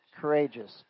courageous